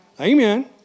Amen